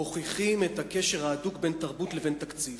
מוכיחים את הקשר ההדוק בין תרבות לבין תקציב.